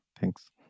Thanks